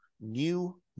new